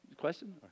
question